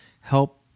help